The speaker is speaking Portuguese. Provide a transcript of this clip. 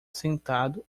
sentado